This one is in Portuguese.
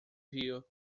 rio